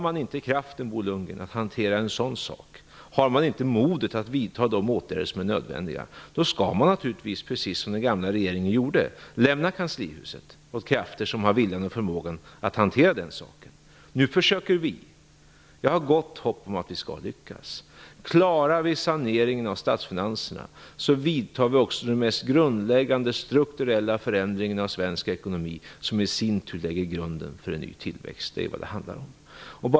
Om man inte har kraften att hantera en sådan sak och inte har modet att vidta de åtgärder som är nödvändiga skall man naturligtvis lämna kanslihuset, precis som den gamla regeringen gjorde, åt krafter som har viljan och förmågan att hantera problemet. Nu försöker vi. Vi har gott hopp om att vi skall lyckas. Om vi klarar av saneringen av statsfinanserna vidtar vi också den mest grundläggande strukturella förändringen av den svenska ekonomin, vilket i sin tur lägger grunden för en ny tillväxt. Det är vad det handlar om.